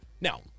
Now